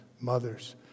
mothers